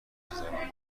هزاران